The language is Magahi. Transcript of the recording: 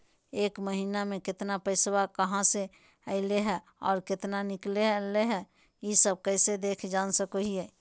एक महीना में केतना पैसा कहा से अयले है और केतना निकले हैं, ई सब कैसे देख जान सको हियय?